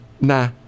Nah